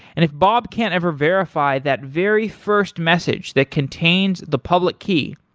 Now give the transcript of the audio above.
and if bob can't ever verify that very first message that contains the public key,